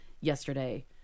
yesterday